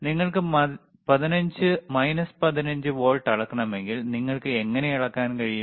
നിങ്ങൾക്ക് minus 15 volt അളക്കണമെങ്കിൽ നിങ്ങൾക്ക് എങ്ങനെ അളക്കാൻ കഴിയും